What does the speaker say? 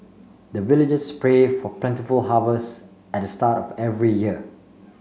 the villagers pray for plentiful harvest at the start of every year